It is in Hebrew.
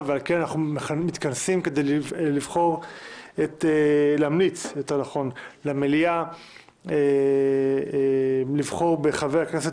ועל כן אנחנו מתכנסים כדי להמליץ למליאה לבחור בחבר הכנסת